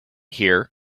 here